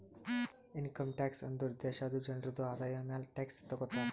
income tax ಅಂದುರ್ ದೇಶಾದು ಜನ್ರುದು ಆದಾಯ ಮ್ಯಾಲ ಟ್ಯಾಕ್ಸ್ ತಗೊತಾರ್